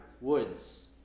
Woods